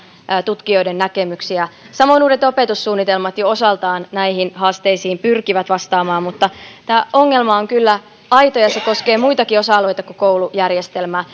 tutkijoiden näkemyksiä samoin uudet opetussuunnitelmat jo osaltaan näihin haasteisiin pyrkivät vastaamaan mutta tämä ongelma on kyllä aito ja se koskee muitakin osa alueita kuin koulujärjestelmää